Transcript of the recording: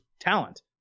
talent